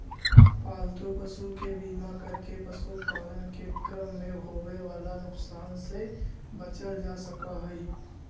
पालतू पशु के बीमा करके पशुपालन के क्रम में होवे वाला नुकसान से बचल जा सकऽ हई